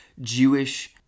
Jewish